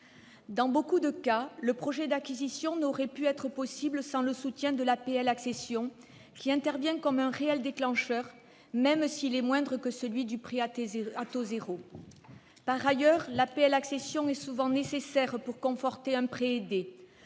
Dans de nombreux cas, le projet d'acquisition n'aurait pu être possible sans le soutien de l'APL-accession, qui intervient comme un réel déclencheur, même s'il est moindre que celui du prêt à taux zéro. Par ailleurs, l'APL-accession est souvent nécessaire pour conforter un prêt aidé.